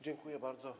Dziękuję bardzo.